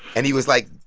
and he was, like,